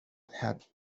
had